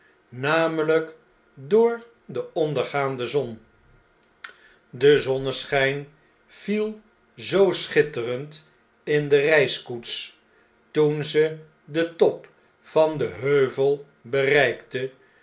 namelijk door de ondergaande zon de zonnesclnjn viel zoo schitterend in de reiskoets toen ze den top van den heuvel bereikte